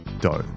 dough